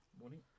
morning